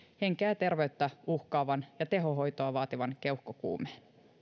henkeä ja terveyttä uhkaavan ja tehohoitoa vaativan keuhkokuumeen